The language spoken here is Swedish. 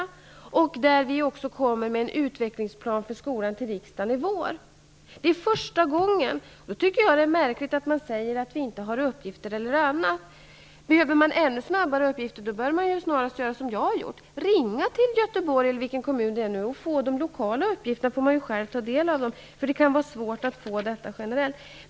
Vi kommer också att till våren här i riksdagen presentera en utvecklingsplan för skolan. Det är första gången som något sådant sker. Därför tycker jag att det är märkligt att man säger att man inte har fått uppgifter. Om man behöver få uppgifter ännu snabbare bör man, som jag har gjort, ringa till Göteborgs kommun eller vilken kommun det nu gäller. Då får man ju lokala uppgifter. Det kan vara svårt att få detta generellt.